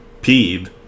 Peed